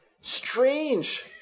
strange